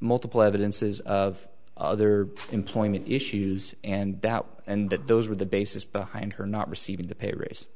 multiple evidences of other employment issues and that and that those were the basis behind her not receiving the pay raise